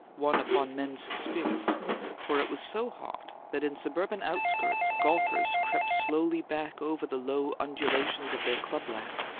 one upon men's spirits for it was so hot that, in suburban outskirts, golfers crept slowly back over the low undulations of their club lands,